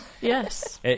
Yes